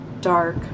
dark